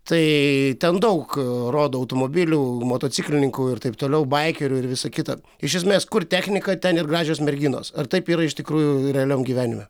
tai ten daug rodo automobilių motociklininkų ir taip toliau baikerių ir visa kita iš esmės kur technika ten ir gražios merginos ar taip yra iš tikrųjų realiam gyvenime